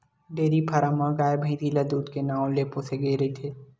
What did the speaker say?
dairy farm म गाय, भइसी ल दूद के नांव ले पोसे गे रहिथे